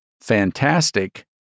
fantastic